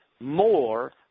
more